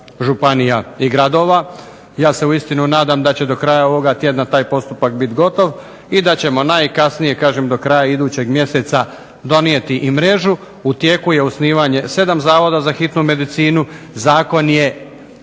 županija. Ja se uistinu nadam da će do kraja ovoga tjedna taj postupak biti gotov i da ćemo najkasnije do kraja idućeg mjeseca donijeti mrežu. U tijeku je osnivanje 7 zavoda za hitnu medicinu, Zakon je